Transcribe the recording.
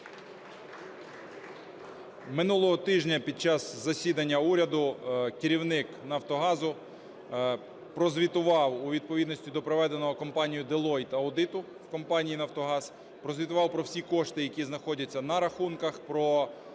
Минулого тижня під час засідання уряду керівник "Нафтогазу" прозвітував у відповідності до проведеного компанією "Делойт" аудиту в компанії "Нафтогаз", прозвітував про всі кошти, які знаходяться на рахунках, про прибутки,